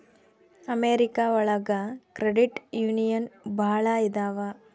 America ಒಳಗ credit union ಭಾಳ ಇದಾವ